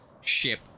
ship